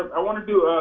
i want to do